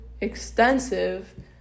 extensive